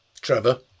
Trevor